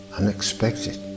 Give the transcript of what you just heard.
unexpected